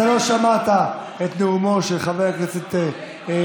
אתה לא שמעת את נאומו של חבר הכנסת ביטון.